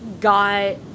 got